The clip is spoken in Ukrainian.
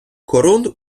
корунд